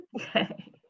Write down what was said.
Okay